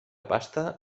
pasta